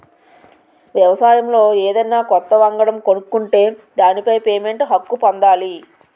వ్యవసాయంలో ఏదన్నా కొత్త వంగడం కనుక్కుంటే దానిపై పేటెంట్ హక్కు పొందాలి